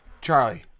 Charlie